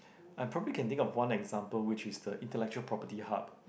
I probably can think of one example which is the intellectual property hub